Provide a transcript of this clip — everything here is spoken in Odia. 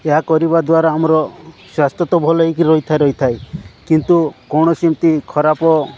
ଏହା କରିବା ଦ୍ୱାରା ଆମର ସ୍ୱାସ୍ଥ୍ୟ ତ ଭଲ ହୋଇକି ରହିଥାଏ ରହିଥାଏ କିନ୍ତୁ କୌଣସି ଏମିତି ଖରାପ